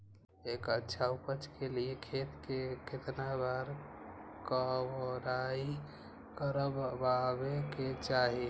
एक अच्छा उपज के लिए खेत के केतना बार कओराई करबआबे के चाहि?